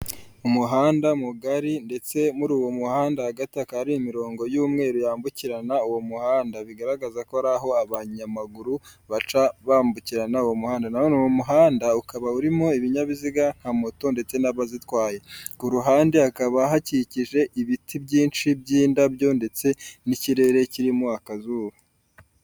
Umuhanda mugari ndetse muri uwo muhanda hagati haha hari imirongo y'umweru yambukirana uwo muhanda, bigaragaza ko ari aho abanyamaguru baca bambukiranya uwo muhanda. Na none uwo muhanda ukaba urimo ibinyabiziga nka moto ndetse n'abazitwaye. Ku ruhande hakaba hakikije ibiti byinshi by'indabyo ndetse n'ikirere kirimo akazuba.